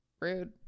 Rude